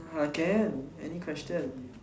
can any question